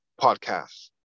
podcast